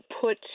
put